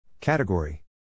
Category